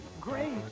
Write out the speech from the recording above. great